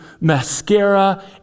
Mascara